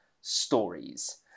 stories